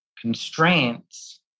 constraints